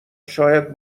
شاید